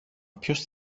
ποιος